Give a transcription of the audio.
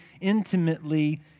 intimately